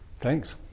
Thanks